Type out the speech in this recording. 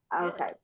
Okay